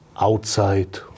outside